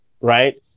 right